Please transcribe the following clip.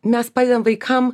mes padedam vaikam